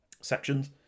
sections